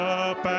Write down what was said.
up